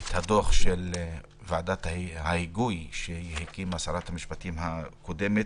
את דוח ועדת ההיגוי שהקימה שרת המשפטים הקודמת.